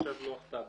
מחשב לוח טאבלט.